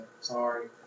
sorry